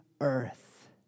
earth